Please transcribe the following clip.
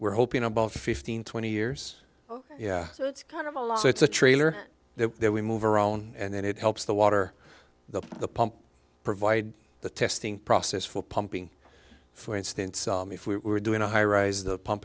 we're hoping about fifteen twenty years oh yeah it's kind of a lot so it's a trailer that we move around and then it helps the water the pump provide the testing process for pumping for instance if we were doing a high rise the pump